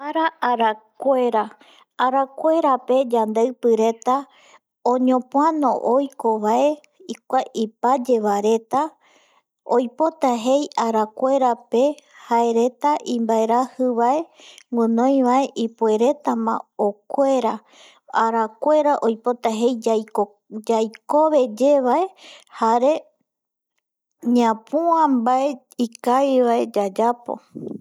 Ara arakuera pe yandeipi reta oñopuano oiko bae ipaye bae reta oipota jei arakuera pe jae reta inbaeraji bae winoi bae ipuereta ma okuera arakuera oipota jei yaikove yevae jare ñapua bae ikavi bae yayapo